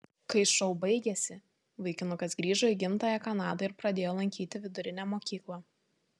kai šou baigėsi vaikinukas grįžo į gimtąją kanadą ir pradėjo lankyti vidurinę mokyklą